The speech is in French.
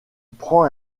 prend